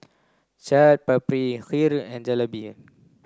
Chaat Papri Heer and Jalebi